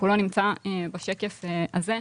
כולו נמצא בשקף הזה.